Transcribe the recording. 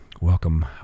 welcome